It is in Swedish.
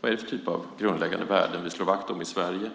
Vad är det för typ av grundläggande värden som vi slår vakt om i Sverige?